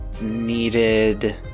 needed